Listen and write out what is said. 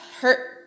hurt